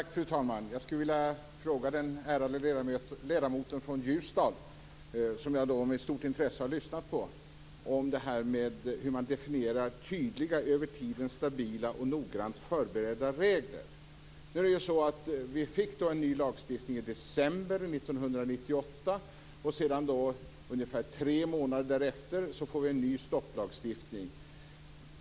Fru talman! Jag skulle vilja fråga den ärade ledamoten från Ljusdal, som jag med stort intresse har lyssnat på, om det här med hur man definierar tydliga, över tiden stabila och noggrant förberedda regler. Nu är det ju så att vi fick en ny lagstiftning i december 1998. Sedan ungefär tre månader efter detta får vi en ny stopplagstiftning.